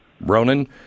Ronan